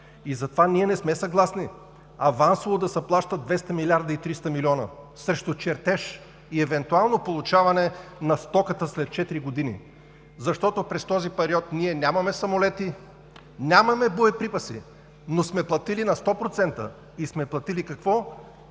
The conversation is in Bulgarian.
И затова ние не сме съгласни авансово да се плащат 2 милиарда и 300 милиона срещу чертеж и евентуално получаване на стоката след четири години. Защото през този период ние нямаме самолети, нямаме боеприпаси, но сме платили на 100% и сме платили какво?